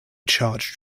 charged